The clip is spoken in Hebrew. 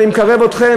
אני מקרב אתכם,